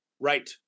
Right